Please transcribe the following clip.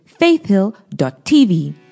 faithhill.tv